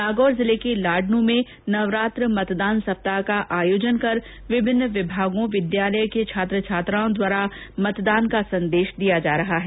नागौर जिले के लाडनू में नवरात्रा मतदान सप्ताह का आयोजन कर विभिन्न विभागों विद्यालय के छात्र छात्राओं द्वारा मतदान का संदेश दिया जा रहा है